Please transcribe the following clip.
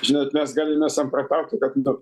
žinot mes galime samprotauti kad nupi